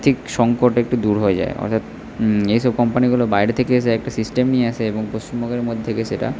আর্থিক সংকট একটু দূর হয়ে যায় অর্থাৎ এইসব কোম্পানিগুলো বাইরে থেকে এসে একটা সিস্টেম নিয়ে আসে এবং পশ্চিমবঙ্গের মধ্যে থেকে সেটা